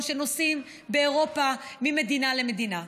שנוסעים באירופה ממדינה למדינה?